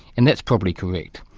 and that's probably correct.